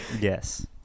Yes